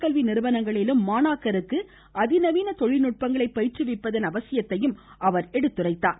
கல்வி நிறுவனங்களிலும் மாணாக்கருக்கு அதிநவீன தொழில்நுட்பங்களை பயிற்றுவிப்பதன் அவசியத்தையும் அவர் எடுத்துரைத்தார்